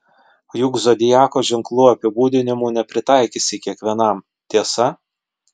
juk zodiako ženklų apibūdinimų nepritaikysi kiekvienam tiesa